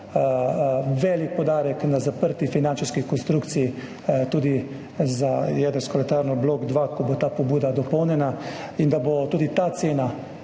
velik poudarek na zaprti finančni konstrukciji tudi za jedrsko elektrarno, blok dva, ko bo ta pobuda dopolnjena, in da bo tudi ta cena